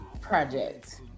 project